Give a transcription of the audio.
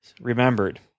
remembered